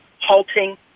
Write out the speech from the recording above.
halting